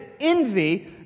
envy